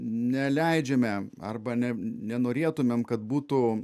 neleidžiame arba ne nenorėtumėm kad būtų